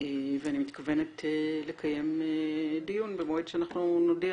ואני מתכוונת לקיים דיון במועד שאנחנו נודיע